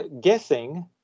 guessing